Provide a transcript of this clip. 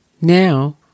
Now